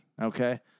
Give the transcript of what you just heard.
Okay